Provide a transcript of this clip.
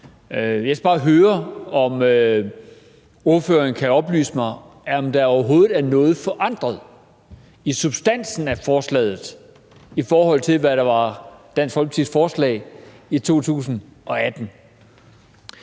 Jeg skal bare høre, om ordføreren kan oplyse mig, om der overhovedet er noget forandret i substansen af forslaget, i forhold til hvad der var Dansk Folkepartis forslag i 2018.